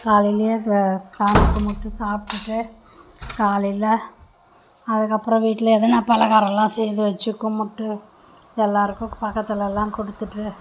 காலையில் ஸ் சாமி கும்பிட்டுட்டு சாப்பிட்டுட்டு காலையில் அதுக்கப்புறம் வீட்டில் எதுனா பலகாரம்லாம் செஞ்சு வச்சு கும்பிட்டு எல்லாருக்கும் பக்கத்துலலாம் கொடுத்துட்டு